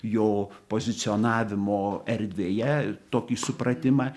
jo pozicionavimo erdvėje tokį supratimą